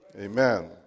Amen